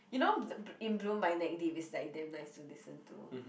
you know in bloom by neck-deep is damn nice to listen to